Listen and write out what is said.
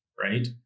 right